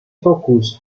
focus